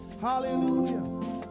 hallelujah